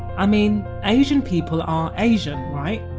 i mean, asian people are asian, right?